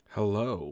Hello